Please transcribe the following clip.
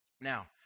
Now